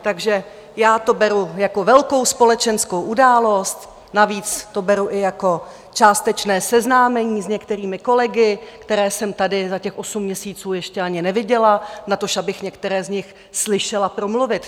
Takže já to beru jako velkou společenskou událost, navíc to beru i jako částečné seznámení s některými kolegy, které jsem tady za těch osm měsíců ještě ani neviděla, natož abych některé z nich slyšela promluvit.